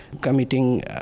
committing